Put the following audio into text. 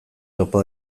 topa